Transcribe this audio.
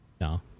No